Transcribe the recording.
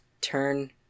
turn